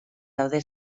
daude